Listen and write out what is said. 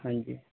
ਹਾਂਜੀ